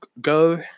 go